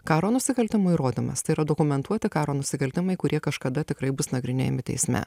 karo nusikaltimų įrodymas tai yra dokumentuoti karo nusikaltimai kurie kažkada tikrai bus nagrinėjami teisme